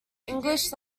english